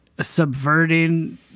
subverting